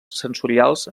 sensorials